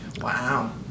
Wow